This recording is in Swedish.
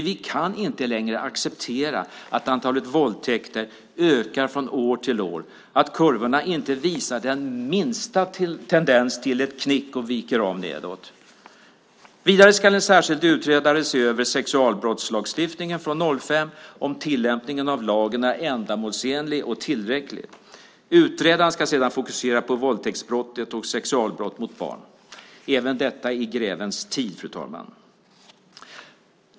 Vi kan inte längre acceptera att antalet våldtäkter ökar år från år och att kurvorna inte visar den minsta tendens till ett knick och viker av nedåt. Vidare ska en särskild utredare se över sexualbrottslagstiftningen från 2005 och om tillämpningen av lagen är ändamålsenlig och tillräcklig. Utredaren ska sedan fokusera på våldtäktsbrottet och sexualbrott mot barn - även detta i grevens tid, fru talman.